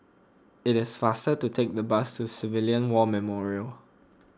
it is faster to take the bus to Civilian War Memorial